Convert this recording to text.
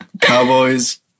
cowboys